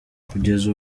kugeza